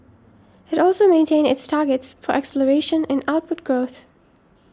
it also maintained its targets for exploration and output growth